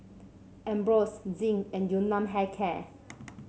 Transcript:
Ambros Zinc and Yun Nam Hair Care